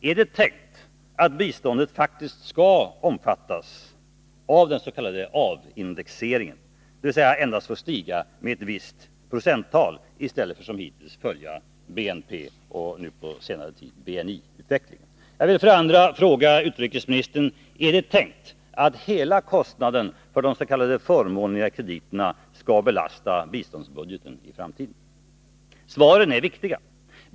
Är det tänkt att biståndet faktiskt skall omfattas av den s.k. avindexeringen, dvs. endast få stiga med ett visst procenttal i stället för som hittills följa BNP-utvecklingen och — på senare tid — BNI-utvecklingen? Svaren är viktiga.